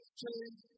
change